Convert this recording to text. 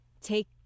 take